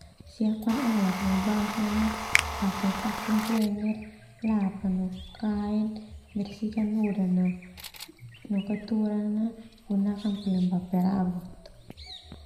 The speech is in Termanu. Siapkan alat no bahan ah, pake vakum cleaner, lap ah no kain, bersihkan nodan no kotoran ah, gunakan pelembab perabot.